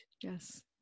Yes